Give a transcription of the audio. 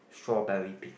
strawberry picking